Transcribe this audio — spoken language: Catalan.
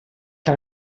que